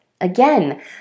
Again